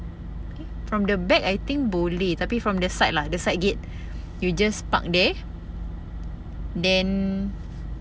eh from the back I think boleh tapi from the side lah the side gate you just park there then